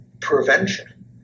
prevention